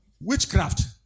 witchcraft